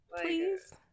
Please